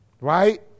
Right